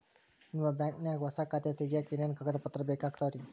ನಿಮ್ಮ ಬ್ಯಾಂಕ್ ನ್ಯಾಗ್ ಹೊಸಾ ಖಾತೆ ತಗ್ಯಾಕ್ ಏನೇನು ಕಾಗದ ಪತ್ರ ಬೇಕಾಗ್ತಾವ್ರಿ?